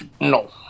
No